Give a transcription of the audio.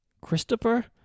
Christopher